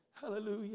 hallelujah